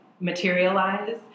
materialize